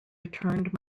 returned